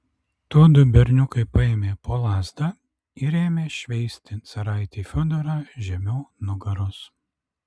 tuodu berniukai paėmė po lazdą ir ėmė šveisti caraitį fiodorą žemiau nugaros